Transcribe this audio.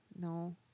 No